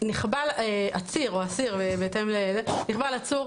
שנכבל עציר או אסיר, נכבל עצור,